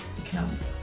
Economics